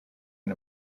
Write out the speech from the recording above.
and